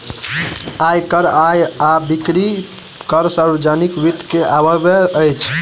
आय कर आ बिक्री कर सार्वजनिक वित्त के अवयव अछि